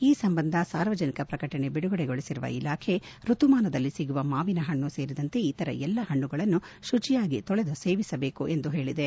ಈ ಸಂಬಂಧ ಸಾರ್ವಜನಿಕ ಪ್ರಕಟಣೆ ಬಿಡುಗಡೆಗೊಳಿಸಿರುವ ಇಲಾಖೆ ಋತುಮಾನದಲ್ಲಿ ಸಿಗುವ ಮಾವಿನ ಹಣ್ಣು ಸೇರಿದಂತೆ ಇತರೆ ಎಲ್ಲಾ ಹಣ್ಣುಗಳನ್ನು ಶುಚಿಯಾಗಿ ತೊಳೆದು ಸೇವಿಸಬೇಕು ಎಂದು ಹೇಳಿದೆ